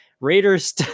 Raiders